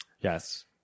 Yes